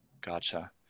Gotcha